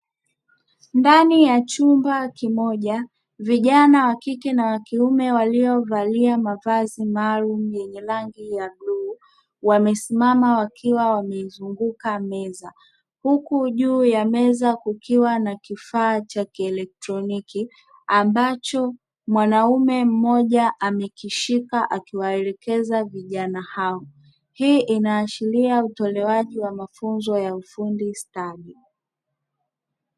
Ndani ya chumba kimoja, vijana wa kike na wakiume waliovalia mavazi maalumu yenye rangi ya bluu wamesimama wakiwa wameizunguka meza, huku juu ya meza kukiwa na kifaa cha kielektroniki ambacho mwanaume mmoja amekishika akiwaelekeza vijana hao. Hii inaashiria utolewaji wa mafunzo ya ufundi stadi.